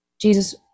Jesus